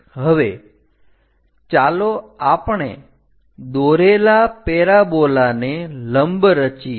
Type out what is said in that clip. હવે ચાલો આપણે દોરેલા પેરાબોલાને લંબ રચીએ